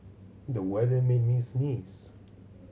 the weather made me sneeze